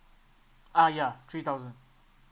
uh ya three thousand